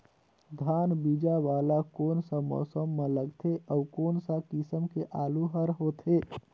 धान बीजा वाला कोन सा मौसम म लगथे अउ कोन सा किसम के आलू हर होथे?